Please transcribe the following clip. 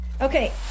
Okay